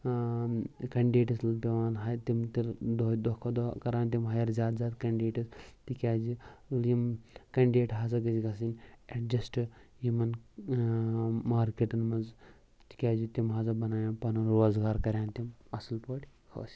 candidates پٮ۪وان تِم تہِ دۅہ دۄہ کھۄتہٕ کَران تِم ہایِٔر زیادٕ زیادٕ کینڈِڈیٹس تِکیٛازِ یِم کینڈِڈیٹ ہَسا گٔژھۍ گَژھٕنۍ اؠڈجؠسٹ یِمَن مارکؠٹن منٛز تِکیٛازِ تِم ہَسا بَنایَن پَنُن روزگار کَرَن تِم اَصٕل پٲٹھۍ حٲصِل